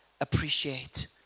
appreciate